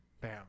Bam